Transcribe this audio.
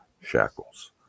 shackles